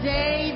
day